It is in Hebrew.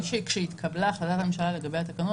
כשהתקבלה החלטת הממשלה לגבי התקנות,